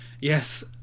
yes